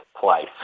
place